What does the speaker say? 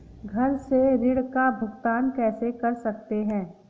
घर से ऋण का भुगतान कैसे कर सकते हैं?